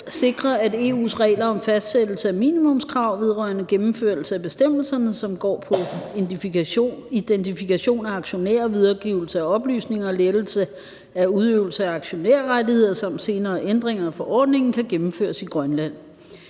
sikre, at EU's regler om fastsættelse af minimumskrav vedrørende gennemførelse af bestemmelserne, som går på identifikation af aktionærer, videregivelse af oplysninger og lettelse af udøvelse af aktionærrettigheder samt senere ændringer af forordningen, kan gennemføres i Grønland.